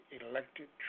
elected